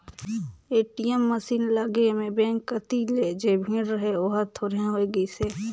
ATM machine लगे में bank कति जे भीड़ रहें ओहर थोरहें होय गईसे